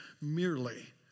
merely